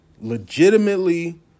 legitimately